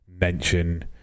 mention